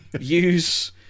Use